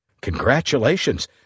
Congratulations